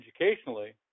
educationally